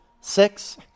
six